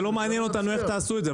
זה לא מעניין אותנו איך תעשו את זה,